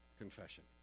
confession